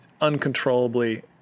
uncontrollably